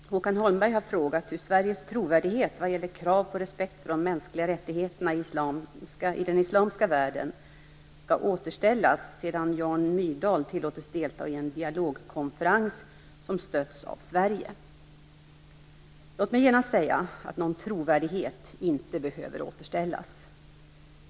Herr talman! Håkan Holmberg har frågat hur Sveriges trovärdighet vad gäller krav på respekt för de mänskliga rättigheterna i den islamska världen skall återställas sedan Jan Myrdal tillåtits delta i en dialogkonferens som stötts av Sverige. Låt mig genast säga att någon trovärdighet inte behöver återställas.